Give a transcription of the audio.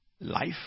life